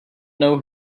know